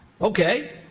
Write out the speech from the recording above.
Okay